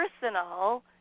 personal